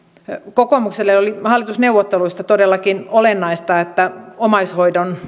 kokoomukselle oli hallitusneuvotteluissa todellakin olennaista että omaishoidon